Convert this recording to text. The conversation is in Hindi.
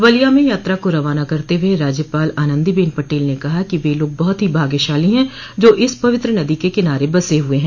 बलिया में यात्रा को रवाना करते हुए राज्यपाल आनंदी बेन पटेल ने कहा कि वे लोग बहुत ही भाग्यशाली हैं जो इस पवित्र नदी के किनारे बसे हुए हैं